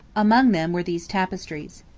among them were these tapestries.